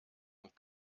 und